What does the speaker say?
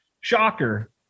Shocker